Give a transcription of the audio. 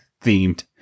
themed